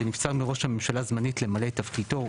שנבצר מראש הממשלה זמנית למלא תפקידו,